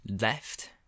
Left